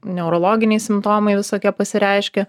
neurologiniai simptomai visokie pasireiškia